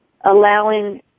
allowing –